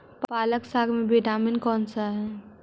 पालक साग में विटामिन कौन सा है?